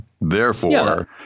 Therefore-